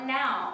now